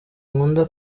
nkunda